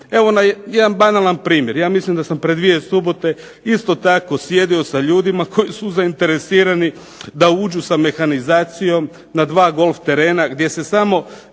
Evo jedan banalan primjer. Ja mislim da sam pred dvije subote isto tako sjedio sa ljudima koji su zainteresirani da uđu sa mehanizacijom na dva golf terena gdje se samo